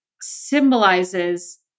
symbolizes